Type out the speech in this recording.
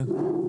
כן.